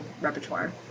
repertoire